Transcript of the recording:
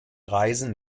reisen